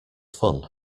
fun